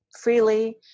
freely